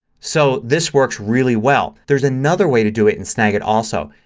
so this works really well. there's another way to do it in snagit also.